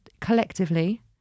collectively